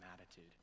attitude